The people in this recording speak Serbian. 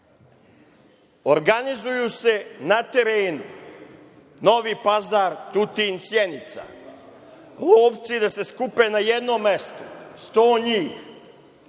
organizuju se na terenu Novi Pazar, Tutin, Sjenica, lovci da se skupe na jedno mesto, 100 njih.